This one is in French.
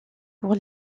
pour